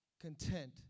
content